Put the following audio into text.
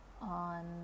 on